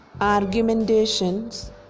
argumentations